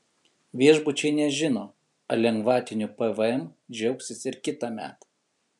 viešbučiai nežino ar lengvatiniu pvm džiaugsis ir kitąmet